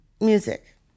music